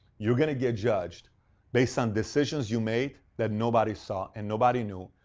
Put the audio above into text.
you're going to get judged based on decisions you made that nobody saw and nobody knew,